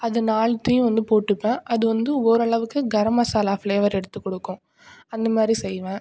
அது நாலுத்தையும் வந்து போட்டுப்பேன் அது வந்து ஓரளவுக்கு கரம் மசாலா ஃபிளேவர் எடுத்துக்கொடுக்கும் அந்தமாதிரி செய்வேன்